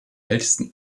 ältesten